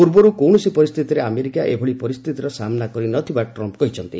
ପୂର୍ବରୁ କୌଣସି ପରିସ୍ଥିତିରେ ଆମେରିକା ଏଭଳି ପରିସ୍ଥିତିର ସାମ୍ବା କରିନଥିବା ଟ୍ରମ୍ମ୍ କହିଛନ୍ତି